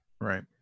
Right